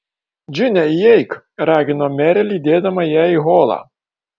džine įeik ragino merė lydėdama ją į holą